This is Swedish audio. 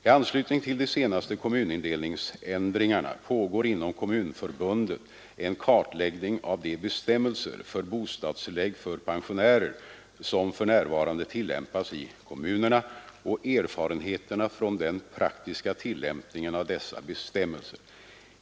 I anslutning till de senaste kommunindelningsändringarna pågår inom Kommunförbundet en kartläggning av de bestämmelser för bostadstillägg för pensionärer som för närvarande tillämpas i kommunerna och erfarenheterna från den praktiska tillämpningen av dessa bestämmelser.